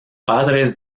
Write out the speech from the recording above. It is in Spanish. padres